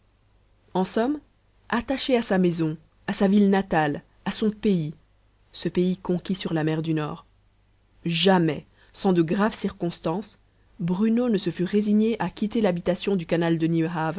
en somme attaché à sa maison à sa ville natale à son pays ce pays conquis sur la mer du nord jamais sans de graves circonstances bruno ne se fût résigné à quitter l'habitation du canal de